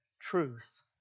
truth